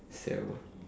still